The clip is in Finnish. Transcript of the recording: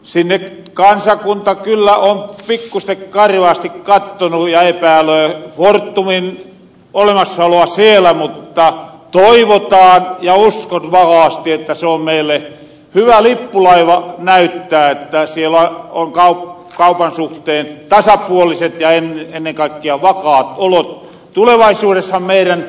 sinne kansakunta kyllä on pikkuisen karvaasti kattonut ja epäilöö fortumin olemassaoloa siellä mutta toivotaan ja uskon vakaasti että se on meille hyvä lippulaiva näyttää että siellä on kaupan suhteen tasapuoliset ja ennen kaikkea vakaat olot